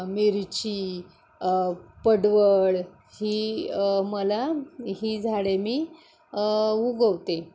मिरची पडवळ ही मला ही झाडे मी उगवते